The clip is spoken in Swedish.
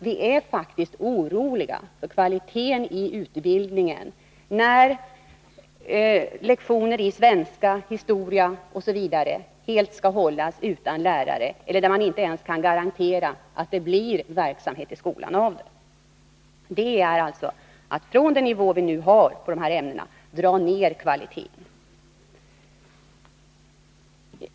Vi är faktiskt oroliga för kvaliteten i utbildningen, när lektioner i svenska, historia osv. helt skall hållas utan lärare och när man inte ens kan garantera att det blir verksamhet i skolan av detta. Det innebär att man från den nivå vi nu har för de här ämnena drar ner kvaliteten.